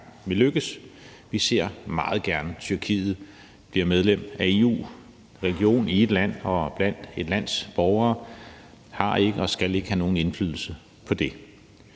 vil lykkes. Vi ser meget gerne, at Tyrkiet bliver medlem af EU. Religion i et land og hos et lands borgere har ikke og skal ikke have nogen indflydelse på det.